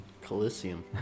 Coliseum